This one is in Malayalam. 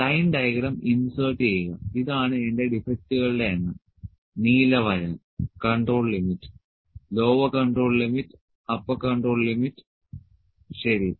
ഒരു ലൈൻ ഡയഗ്രം ഇൻസേർട്ട് ചെയ്യുക ഇതാണ് എന്റെ ഡിഫെക്ടുകളുടെ എണ്ണം നീല വര control limit lower control limit upper control limit ശരി